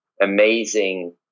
amazing